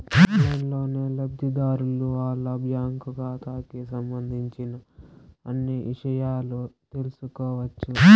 ఆన్లైన్లోనే లబ్ధిదారులు వాళ్ళ బ్యాంకు ఖాతాకి సంబంధించిన అన్ని ఇషయాలు తెలుసుకోవచ్చు